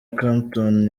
clapton